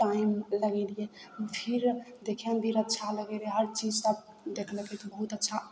time लगेलियै फेर देखयमे भी अच्छा लगय रहय हर चीज सभ देखलकय तऽ बहुत अच्छा